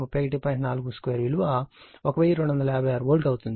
42 విలువ 1256 వోల్ట్ అవుతుంది